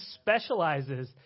specializes